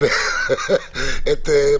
אדוני היושב-ראש,